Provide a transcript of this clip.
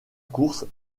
course